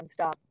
nonstop